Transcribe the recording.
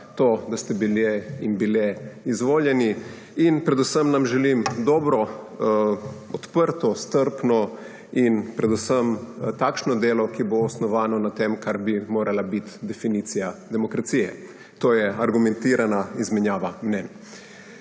to, da ste bile in bili izvoljeni! Predvsem nam želim dobro, odprto, strpno in predvsem takšno delo, ki bo osnovano na tem, kar bi morala biti definicija demokracije, to je argumentirana izmenjava mnenj.